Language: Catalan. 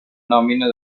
nòmina